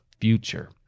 future